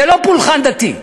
זה לא פולחן דתי.